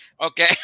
Okay